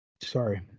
sorry